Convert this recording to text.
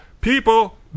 people